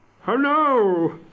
Hello